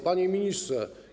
Panie Ministrze!